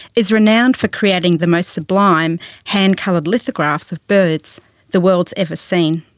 is renowned for creating the most sublime hand-coloured lithographs of birds the world's ever seen.